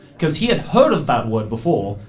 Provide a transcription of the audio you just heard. cause he had heard of that word before,